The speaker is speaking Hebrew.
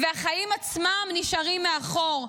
והחיים עצמם נשארים מאחור.